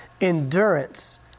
Endurance